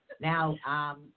Now